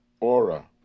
aura